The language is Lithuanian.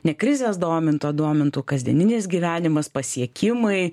ne krizės domintų o domintų kasdieninis gyvenimas pasiekimai